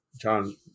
John